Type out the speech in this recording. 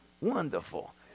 wonderful